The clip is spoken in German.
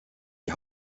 die